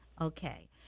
Okay